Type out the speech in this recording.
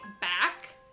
back